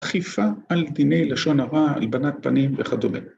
אכיפה על דיני לשון הרע, הלבנת פנים וכדומה.